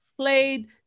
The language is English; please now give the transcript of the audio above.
played